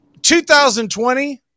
2020